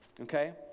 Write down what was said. okay